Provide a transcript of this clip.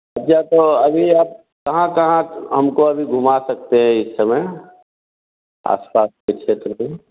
अच्छा तो अब अभी आप कहाँ कहाँ हमको अभी घुमा सकते हैं इस समय आस पास के क्षेत्र में